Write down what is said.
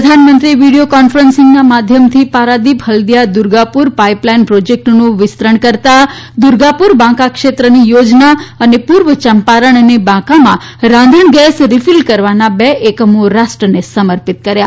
પ્રધાનમંત્રીએ વિડીયો કોન્ફરન્સીંગના માધ્યમથી પારાદીપ હલ્દીયા દુર્ગાપુર પાઇપ લાઇન પ્રોજેકટનું વિસ્તરણ કરતા દુર્ગાપુર બાંકા ક્ષેત્રની યોજના અને પુર્વ ચંપારણ તથા બાંકામાં રાંધણ ગેસ રીફીલ કરવાના બે એકમો રાષ્ટ્રને સમર્પિત કર્યા